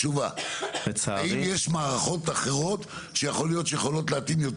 תשובה האם יש מערכות אחרות שיכול להיות שיכולות להתאים יותר